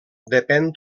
depèn